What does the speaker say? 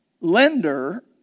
lender